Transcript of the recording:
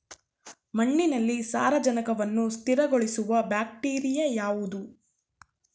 ಮಣ್ಣಿನಲ್ಲಿ ಸಾರಜನಕವನ್ನು ಸ್ಥಿರಗೊಳಿಸುವ ಬ್ಯಾಕ್ಟೀರಿಯಾ ಯಾವುದು?